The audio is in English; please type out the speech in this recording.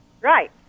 Right